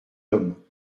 homme